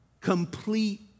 Complete